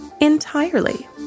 entirely